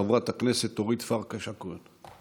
חברת הכנסת אורית פרקש הכהן,